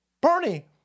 Bernie